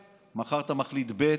מחר אתה מחליט ב',